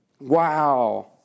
Wow